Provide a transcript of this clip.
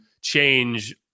change